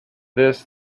this